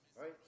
right